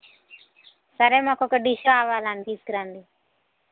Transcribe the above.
సరే మాకొక డిష్ కావాలండి తీసుకురండి